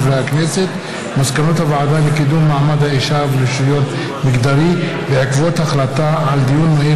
מסקנות הוועדה לקידום מעמד האישה ולשוויון מגדרי בעקבות דיון מהיר